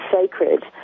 sacred